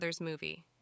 Movie